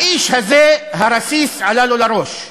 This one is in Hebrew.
האיש הזה, הרסיס עלה לו לראש.